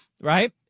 right